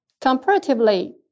Comparatively